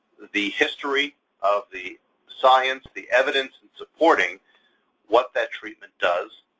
the history of the science, the evidence and supporting what that treatment does,